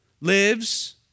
lives